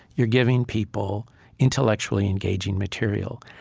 you're giving people intellectually engaging material.